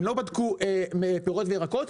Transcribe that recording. הם לא בדקו פירות וירקות,